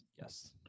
Yes